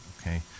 okay